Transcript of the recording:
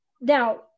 now